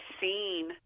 seen